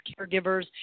caregivers